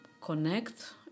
connect